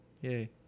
Yay